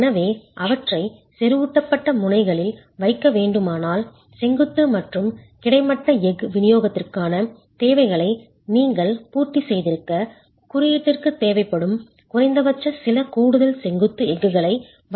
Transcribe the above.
எனவே அவற்றை செறிவூட்டப்பட்ட முனைகளில் வைக்க வேண்டுமானால் செங்குத்து மற்றும் கிடைமட்ட எஃகு விநியோகத்திற்கான தேவைகளை நீங்கள் பூர்த்தி செய்திருக்க குறியீட்டிற்குத் தேவைப்படும் குறைந்தபட்சம் சில கூடுதல் செங்குத்து எஃகுகளை வழங்க வேண்டும்